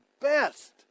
best